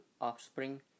offspring